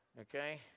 Okay